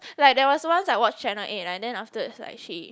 like there was once I watch channel eight and then afterwards like she